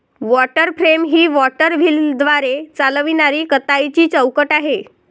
water frame ही water व्हीलद्वारे चालविणारी कताईची चौकट आहे